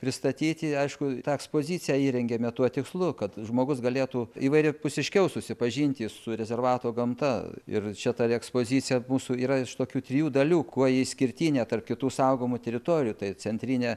pristatyti aišku tą ekspoziciją įrengėme tuo tikslu kad žmogus galėtų įvairiapusiškiau susipažinti su rezervato gamta ir čia ta ekspozicija mūsų yra iš tokių trijų dalių kuo ji išskirtinė tarp kitų saugomų teritorijų tai centrinė